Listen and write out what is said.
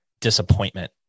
disappointment